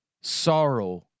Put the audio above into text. sorrow